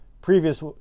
previous